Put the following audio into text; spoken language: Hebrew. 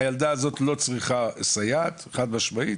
הילדה הזאת לא צריכה סייעת חד משמעית,